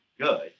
good